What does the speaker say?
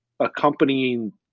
accompanying